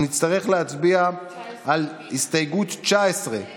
ואני מסתכל על חבריי מכחול לבן,